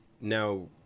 now